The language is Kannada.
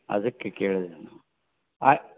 ಅದಕ್ಕೆ ಕೇಳಿದೆ ನಾನು ಆಯ್